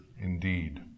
indeed